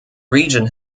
region